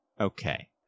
Okay